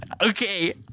Okay